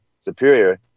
superior